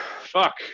Fuck